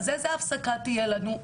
אז איזו הפסקה תהיה לנו?